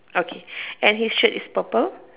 okay and his shirt is purple